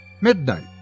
Midnight